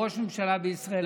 והוא ראש ממשלה בישראל.